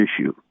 issue